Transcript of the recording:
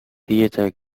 theatre